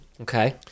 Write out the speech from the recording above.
Okay